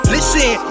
Listen